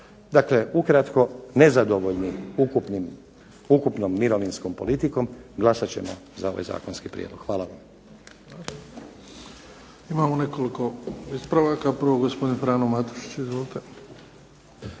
Dakle ukratko, nezadovoljni ukupnom mirovinskom politikom glasat ćemo za ovaj zakonski prijedlog. Hvala vam.